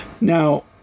Now